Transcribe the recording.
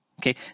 Okay